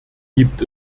gibt